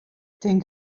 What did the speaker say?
tink